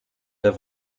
der